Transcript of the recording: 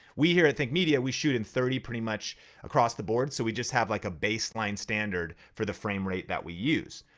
we here at think media we shoot in thirty pretty much across the board, so we just have like a baseline standard for the frame rate that we use.